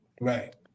Right